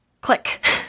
click